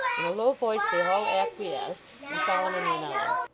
in a low voice they all acquiesced, and solomon went on